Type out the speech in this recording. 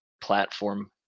platform